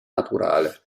naturale